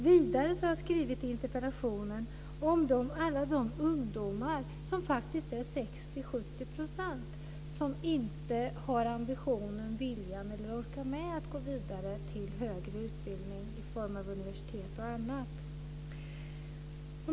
Vidare har jag i interpellationen skrivit om alla de ungdomar, faktiskt 60-70 %, som inte har ambition, vilja eller ork att gå vidare till högre utbildning på universitet och annat.